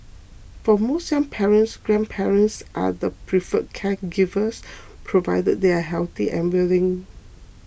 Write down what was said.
for most young parents grandparents are the preferred caregivers provided they are healthy and willing